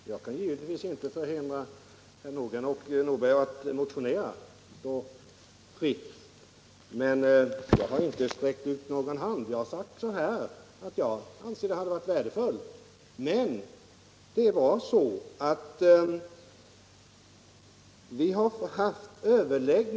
Herr talman! Jag kan givetvis inte förhindra herr Nordberg att motionera, det står honom fritt. Men jag har inte sträckt ut någon hand, utan jag har sagt att jag anser att det hade varit värdefullt om Stockholm hade kunnat omfattas av försöksverksamheten.